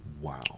Wow